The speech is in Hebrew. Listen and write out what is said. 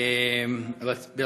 אם כן,